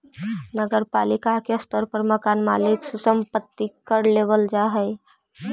नगर पालिका के स्तर पर मकान मालिक से संपत्ति कर लेबल जा हई